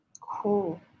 Cool